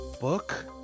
Book